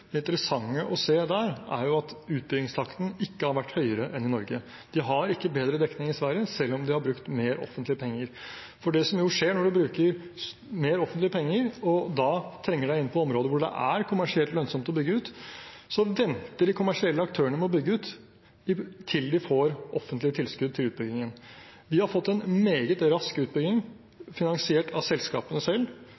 Det interessante å se der er at utbyggingstakten ikke har vært større enn i Norge. De har ikke bedre dekning i Sverige selv om de har brukt mer offentlige penger. Det som skjer når man bruker mer offentlige penger og trenger seg inn på områder hvor det er kommersielt lønnsomt å bygge, er at de kommersielle aktørene venter med å bygge ut til de får offentlige tilskudd til utbyggingen. Vi har fått en meget rask utbygging